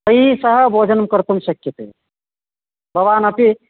तैः सह भोजनं कर्तुं शक्यते भवानपि